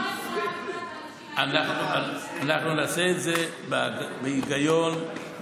אנחנו נעשה את זה בהיגיון,